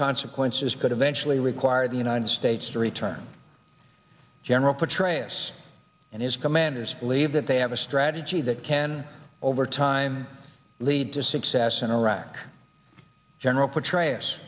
consequences could eventually require the united states to return general petraeus and his commanders believe that they have a strategy that can over time lead to success in iraq general petra